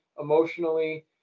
emotionally